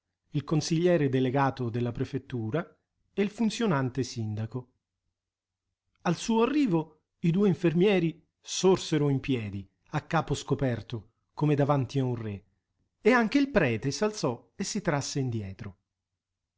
il consigliere delegato della prefettura e il funzionante sindaco al suo arrivo i due infermieri sorsero in piedi a capo scoperto come davanti a un re e anche il prete s'alzò e si trasse indietro